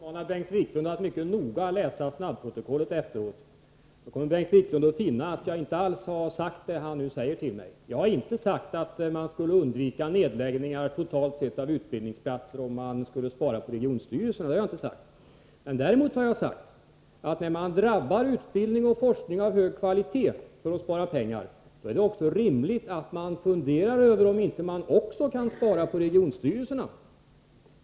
SR Jag AN SR Sa Sr - er Hoggrant läsa Vissa anslag till snabbprotokollet efteråt. ; SR NS iklund att finna att jag inte grundläggande alls har sagt det som han påstår att jag har sagt. ;| högskoleutbildning Jag har inte menat att man totalt sett skulle undvika nedläggningar av i utbildningsplatser, om man skulle dra in regionstyrelser. Däremot har jag sagt att om utbildning och forskning av hög kvalitet drabbas när man spar in pengar, är det rimligt att man funderar över om man inte också kan spara på regionstyrelserna.